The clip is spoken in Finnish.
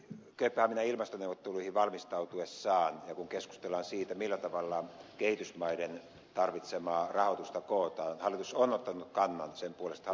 hallitus on kööpenhaminan ilmastoneuvotteluihin valmistautuessaan ja kun keskustellaan siitä millä tavalla kehitysmaiden tarvitsemaa rahoitusta kootaan ottanut kannan sen puolesta